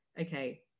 okay